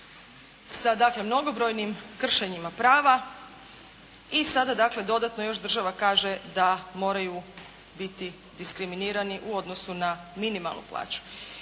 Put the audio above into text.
mnogobrojnim kršenjima prava i sada dakle dodatno još država kaže da moraju biti diskriminirani u odnosu na minimalnu plaću.